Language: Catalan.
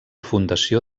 fundació